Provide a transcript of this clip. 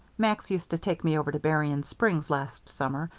max used to take me over to berrien springs last summer,